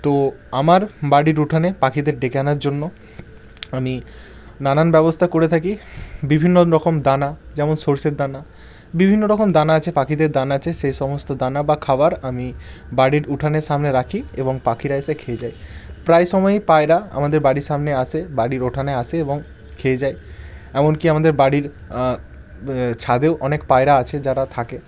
তো আমার বাড়ির উঠানে পাখিদের ডেকে আনার জন্য আমি নানান ব্যবস্থা করে থাকি বিভিন্ন রকম দানা যেমন সরষের দানা বিভিন্ন রকম দানা আছে পাখিদের দানা আছে সে সমস্ত দানা বা খাবার আমি বাড়ির উঠানের সামনে রাখি এবং পাখিরা এসে খেয়ে যায় প্রায় সময়ই পায়রা আমাদের বাড়ির সামনে আসে বাড়ির উঠানে আসে এবং খেয়ে যায় এমনকি আমাদের বাড়ির ছাদেও অনেক পায়রা আছে যারা থাকে